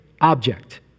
object